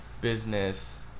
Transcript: business